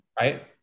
right